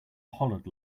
hollered